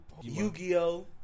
Yu-Gi-Oh